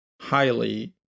highly